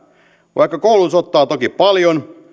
vaikka koulutus ottaa toki paljon